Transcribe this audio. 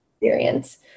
experience